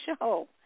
show